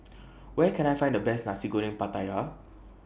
Where Can I Find The Best Nasi Goreng Pattaya